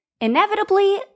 inevitably